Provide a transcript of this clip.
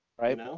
Right